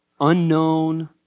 unknown